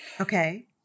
Okay